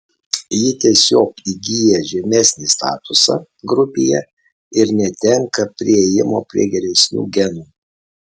ji tiesiog įgyja žemesnį statusą grupėje ir netenka priėjimo prie geresnių genų